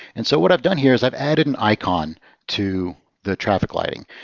and so what i've done here is i've added an icon to the traffic lighting.